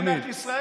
תמיד.